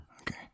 Okay